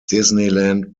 disneyland